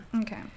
Okay